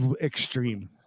extreme